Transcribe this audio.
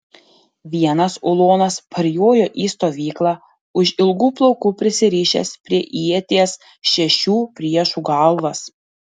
vienas ulonas parjojo į stovyklą už ilgų plaukų prisirišęs prie ieties šešių priešų galvas